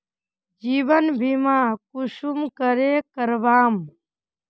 जीवन बीमा कुंसम करे करवाम?